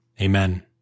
Amen